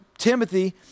Timothy